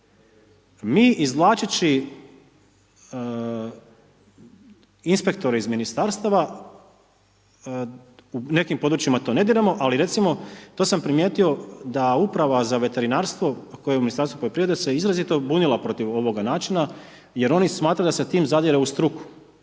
Mi izvlačeći inspektore iz ministarstava, u nekim područjima to ne diramo ali recimo, to sam primijetio da Uprava za veterinarstvo koje u Ministarstvu poljoprivrede se izrazito bunila protiv ovoga načina jer oni smatraju da se time zadire u struku,